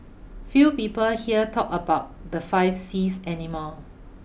few people here talk about the five Cs any more